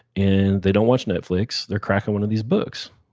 and they don't watch netflix. they're cracking one of these books,